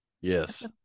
Yes